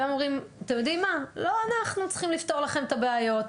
שהם אומרים שלא הם צריכים לפתור את הבעיות.